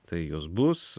tai jos bus